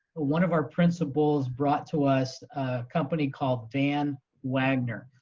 one of our principals brought to us a company called van wagner,